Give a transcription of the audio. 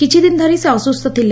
କିଛିଦିନ ଧରି ସେ ଅସ୍ସ୍ସ ଥିଲେ